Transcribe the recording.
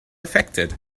affected